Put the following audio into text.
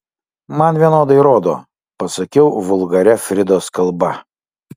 man vienodai rodo pasakiau vulgaria fridos kalba